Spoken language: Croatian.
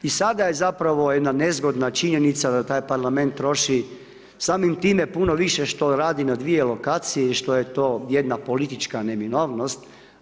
I sada je zapravo jedna nezgodna činjenica da taj Parlament troši samim time puno više što radi na dvije lokacije i što je to jedna politička neminovnost.